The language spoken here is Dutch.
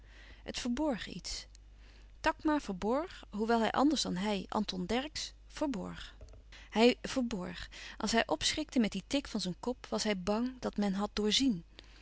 borg iets takma verborg hoewel hij anders dan hij anton dercksz verborg hij verborg als hij opschrikte met dien tic van zijn kop was hij bang dat men had